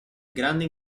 grande